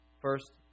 First